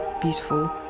beautiful